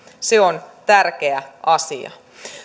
se on tärkeä asia